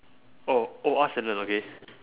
oh oh asknlearn okay